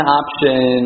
option